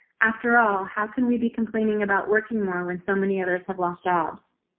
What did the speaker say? after all, how can we be complaining about working more when so many others have lost jobs?